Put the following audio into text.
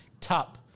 top